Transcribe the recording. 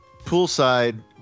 Poolside